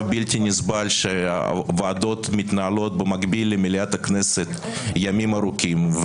בלתי נסבל שהוועדות מהנהלות במקביל למליאת הכנסת ימים ארוכים,